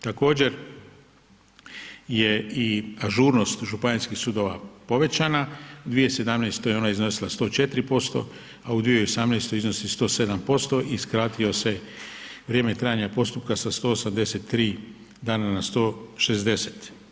Također je i ažurnost županijskih sudova povećana 2017. je ona iznosila 104%, a u 2018. iznosi 107% i skratio se vrijeme trajanja postupka sa 183 dana na 160.